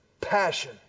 passion